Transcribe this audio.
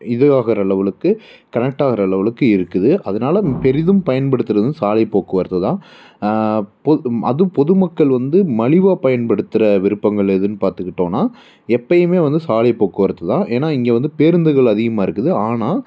இதுவாகுகிற அளவுக்கு கனெக்ட்டாகுகிற அளவுக்கு இருக்குது அதுனால் பெரிதும் பயன்படுத்துகிறது வந்து சாலை போக்குவரத்து தான் பொ அதுவும் பொதுமக்கள் வந்து மலிவாக பயன்படுத்துகிற விருப்பங்கள் எதுன்னு பார்த்துக்கிட்டோனா எப்போயுமே வந்து சாலை போக்குவரத்து தான் ஏனால் இங்கே வந்து பேருந்துகள் அதிகமாக இருக்குது ஆனால்